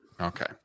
Okay